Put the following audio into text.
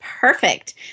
Perfect